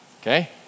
okay